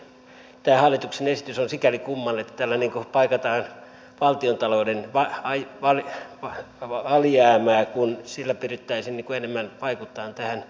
kyllä tietysti tämä hallituksen esitys on sikäli kummallinen että tällä niin kuin paikataan valtiontalouden alijäämää kun sillä pyrittäisiin enemmän vaikuttamaan tähän liikennekäyttäytymiseen